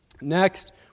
Next